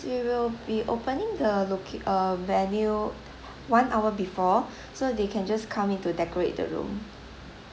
we will be opening the locate err venue one hour before so they can just come in to decorate the room